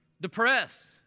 depressed